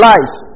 Life